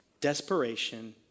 Desperation